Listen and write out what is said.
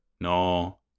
no